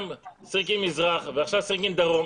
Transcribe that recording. גם סירקין מזרח ועכשיו סירקין דרום.